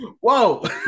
whoa